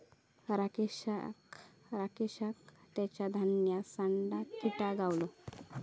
राकेशका तेच्या धान्यात सांडा किटा गावलो